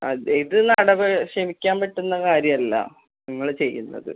അത് ഇത് നടവ് ക്ഷമിക്കാൻ പറ്റുന്ന കാര്യമല്ല നിങ്ങള് ചെയ്യുന്നത്